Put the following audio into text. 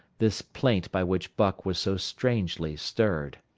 this plaint by which buck was so strangely stirred.